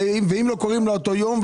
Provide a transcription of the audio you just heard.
ואם לא קוראים לה באותו יום?